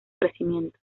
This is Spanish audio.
crecimiento